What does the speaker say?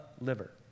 liver